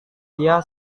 dia